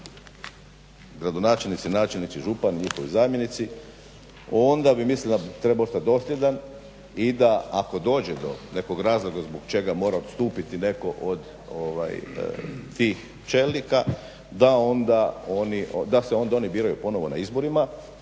gradonačelnici, načelnici, župani i njihovi zamjenici onda mislim da treba ostati dosljedan, i da ako dođe do nekog razloga zbog čega mora odstupiti netko od tih čelnika da onda oni, da se onda oni biraju ponovo na izborima